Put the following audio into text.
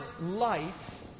life